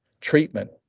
treatment